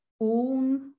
own